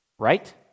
Right